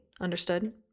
Understood